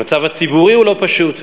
המצב הציבורי לא פשוט.